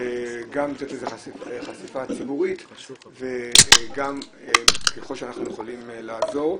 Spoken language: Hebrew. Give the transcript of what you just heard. גם לתת חשיפה ציבורית וגם ככל שאנחנו יכולים לעזור.